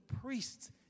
priests